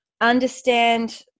understand